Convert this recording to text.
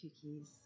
cookies